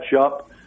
up